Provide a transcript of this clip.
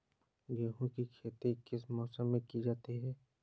गेहूँ की खेती किस मौसम में की जाती है?